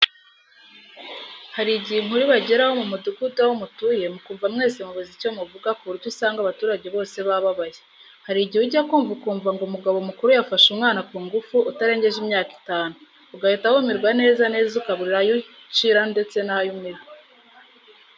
Hari igihe inkuru ibageraho mu mudugudu aho mutuye mukumva mwese mubuze icyo muvuga ku buryo usanga abaturage bose bababaye. Hari igihe ujya kumva ukumva ngo umugabo mukuru yafashe umwana kungufu utarengeje imyaka itanu, ugahita wumirwa neza neza ukabura ayo ucira ndetse n'ayo umira.